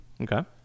okay